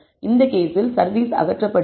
இந்த கேஸில் சர்வீஸ் அகற்றப்படுகிறது